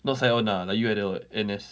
not sign on lah like you like that lor N_S